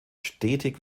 stetig